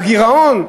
הגירעון.